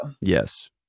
yes